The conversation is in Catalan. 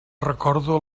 recordo